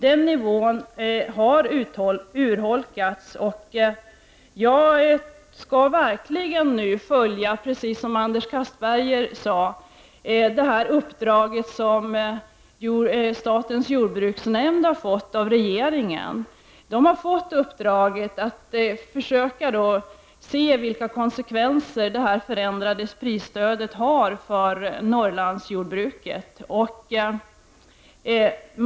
Det uttalandet har urholkats, och jag skall nu verkligen följa, precis som Anders Castberger sade, det uppdrag som statens jordbruksnämnd har fått av regeringen att försöka se vilka konsekvenser det förändrade prisstödet har för Norrlandsjordbruket.